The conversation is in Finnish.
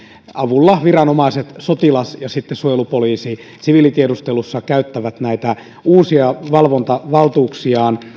avulla viranomaiset sotilasviranomaiset ja sitten suojelupoliisi siviilitiedustelussa käyttävät näitä uusia valvontavaltuuksiaan